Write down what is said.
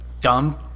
dumb